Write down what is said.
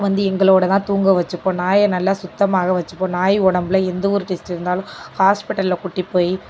வந்து எங்களோடதான் தூங்க வச்சுப்போம் நாயை நல்லா சுத்தமாக வச்சுப்போம் நாய் உடம்புல எந்த ஒரு டெஸ்ட் இருந்தாலும் ஹாஸ்ப்பிட்டலில் கூட்டி போய்